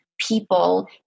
People